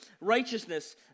righteousness